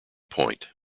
point